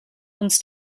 uns